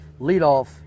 leadoff